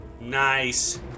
Nice